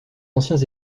anciens